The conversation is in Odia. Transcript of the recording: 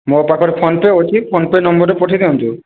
ମୋ ପାଖରେ ଫୋନପେ ଅଛି ଫୋନପେ ନମ୍ବରରେ ପଠେଇ ଦିଅନ୍ତୁ